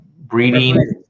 breeding